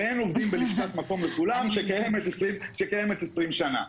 ואין עובדים בלשכת "מקום לכולם" שקיימת 20 שנה.